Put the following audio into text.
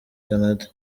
canada